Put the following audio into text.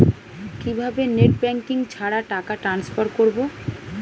কিভাবে net banking ছাড়া টাকা টান্সফার করব?